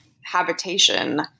habitation